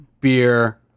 beer